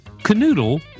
Canoodle